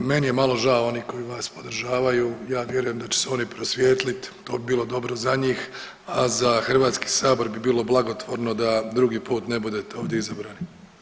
Meni je malo žao onih koji vas podržavaju, ja vjerujem da će oni prosvijetlit to bi bilo dobro za njih, a za Hrvatski sabor bi bilo blagotvorno da drugi put ne bude ovdje izabrani.